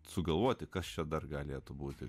sugalvoti kas čia dar galėtų būti